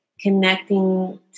Connecting